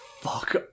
Fuck